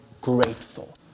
grateful